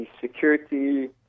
security